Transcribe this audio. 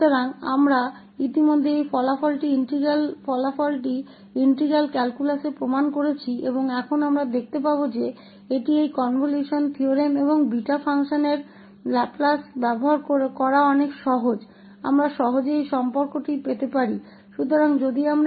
तो हम पहले ही इस परिणाम को इंटीग्रल कैलकुलस में साबित कर चुके हैं और अब हम देखेंगे कि इस कनवल्शन थ्योरम और बीटा फंक्शन के लैपलेस का उपयोग करना बहुत आसान है हम इस संबंध को आसानी से प्राप्त कर सकते हैं